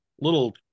little